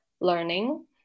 learning